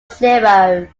zero